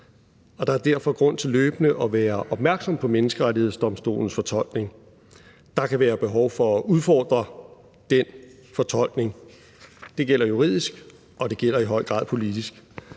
der er derfor grund til løbende at være opmærksom på Menneskerettighedsdomstolens fortolkning. Der kan være behov for at udfordre den fortolkning – det gælder juridisk, og det gælder i høj grad politisk.